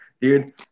Dude